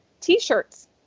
t-shirts